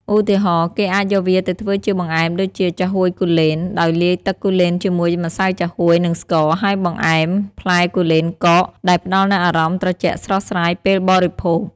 ឧទាហរណ៍ គេអាចយកវាទៅធ្វើជាបង្អែមដូចជា ចាហួយគូលែន ដោយលាយទឹកគូលែនជាមួយម្សៅចាហួយ និងស្ករ ហើយបង្អែម ផ្លែគូលែនកក ដែលផ្ដល់នូវអារម្មណ៍ត្រជាក់ស្រស់ស្រាយពេលបរិភោគ។